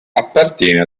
appartiene